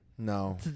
No